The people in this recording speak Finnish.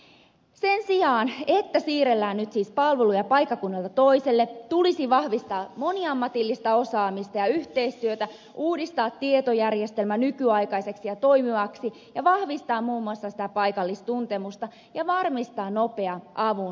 sen sijaan että siirrellään nyt siis palveluja paikkakunnalta toiselle tulisi vahvistaa moniammatillista osaamista ja yhteistyötä uudistaa tietojärjestelmä nykyaikaiseksi ja toimivaksi ja vahvistaa muun muassa sitä paikallistuntemusta ja varmistaa nopea avunsaanti